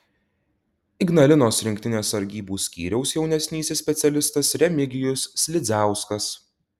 ignalinos rinktinės sargybų skyriaus jaunesnysis specialistas remigijus slidziauskas